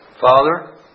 father